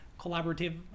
collaborative